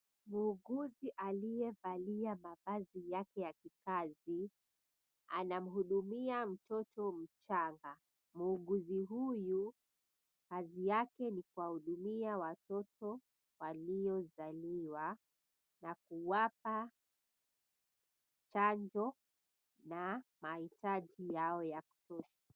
Muuguzi aliyevalia mavazi yake ya kikazi anamhudumia mtoto mchanga. Muuguzi huyu kazi yake ni kuwahudumia watoto waliozaliwa na kuwapa chanjo na mahitaji yao ya mtoto.